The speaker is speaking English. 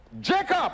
Jacob